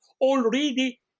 already